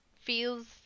feels